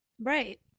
right